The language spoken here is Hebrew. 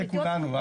זה כולנו.